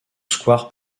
square